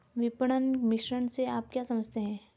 विपणन मिश्रण से आप क्या समझते हैं?